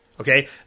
Okay